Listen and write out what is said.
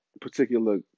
particular